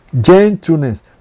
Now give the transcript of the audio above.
gentleness